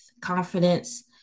confidence